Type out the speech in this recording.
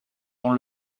dans